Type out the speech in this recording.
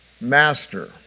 Master